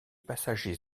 passagers